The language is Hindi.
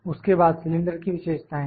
उसके बाद सिलेंडर की विशेषताएँ